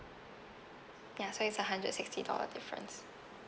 ya so it's a hundred sixty dollar difference